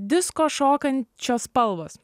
disko šokančio spalvos